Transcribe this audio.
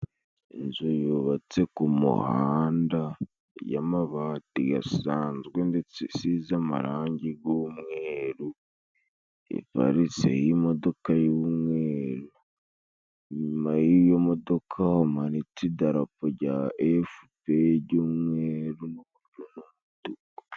Inzu yubatse ku muhanda y'amabati yasanzwe ndetse isize amarangi g'umweru, iparitseho imodoka y'umweru. Inyuma y'iyo modoka hamanitse idarapo jya efuperi jy'umweru.